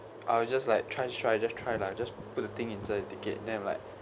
I will just like try to try just try lah just put the thing inside ticket then I'm like